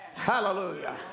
Hallelujah